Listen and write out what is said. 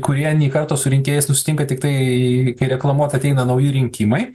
kurie nei karto su rinkėjais susitinka tiktai kai reklamuot ateina nauji rinkimai